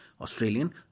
Australian